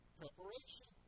preparation